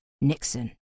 Nixon